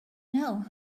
know